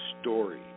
story